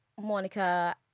Monica